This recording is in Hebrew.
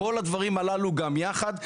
כל הדברים הללו גם יחד,